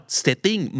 setting